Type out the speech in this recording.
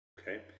Okay